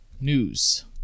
news